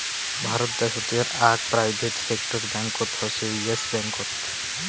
ভারত দ্যাশোতের আক private sector ব্যাঙ্কত হসে ইয়েস ব্যাঙ্কত